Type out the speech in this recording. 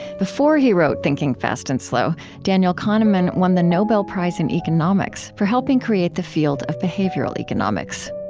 before he wrote thinking, fast and slow, daniel kahneman won the nobel prize in economics for helping create the field of behavioral economics